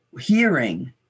hearing